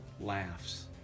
laughs